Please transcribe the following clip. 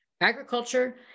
agriculture